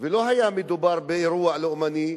ולא היה מדובר באירוע לאומני.